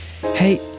hey